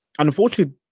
Unfortunately